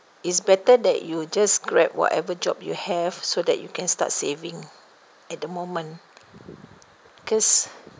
it's better that you just grab whatever job you have so that you can start saving at the moment because